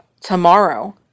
tomorrow